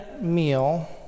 meal